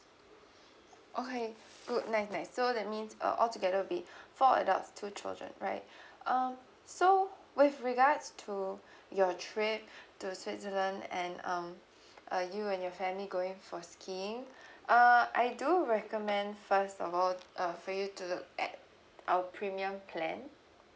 okay good nice nice so that means uh all together will be four adults two children right um so with regards to your trip to switzerland and um uh you and your family going for skiing uh I do recommend first of all uh for you to look at our premium plan